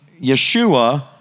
Yeshua